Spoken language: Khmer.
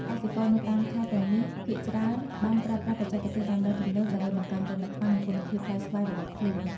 កសិករនៅតាមខេត្តទាំងនេះភាគច្រើនបានប្រើប្រាស់បច្ចេកទេសដាំដុះទំនើប ដើម្បីបង្កើនទិន្នផល និងគុណភាពផ្លែស្វាយរបស់ខ្លួន។